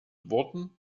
worden